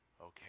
okay